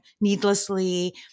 needlessly